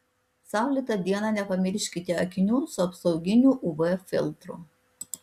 saulėtą dieną nepamirškite akinių su apsauginiu uv filtru